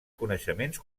coneixements